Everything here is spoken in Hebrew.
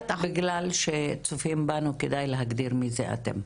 בגלל שצופים בנו כדאי להגדיר מי זה אתם.